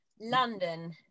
London